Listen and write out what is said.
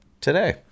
today